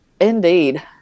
Indeed